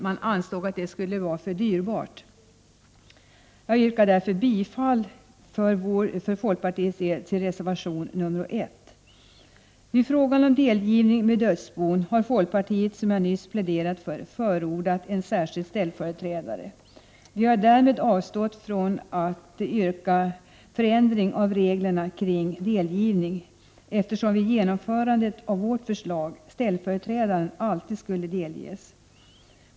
Man ansåg att det skulle vara för dyrbart. Jag yrkar därför för folkpartiets del bifall till reservation nr 1. Vid frågan om delgivning till dödsbon har folkpartiet förordat en särskild ställföreträdare, vilket jag nyss pläderat för. Vi har därmed avstått från att yrka förändring av reglerna kring delgivning, eftersom ställföreträdaren vid genomförandet av vårt förslag alltid skulle delges.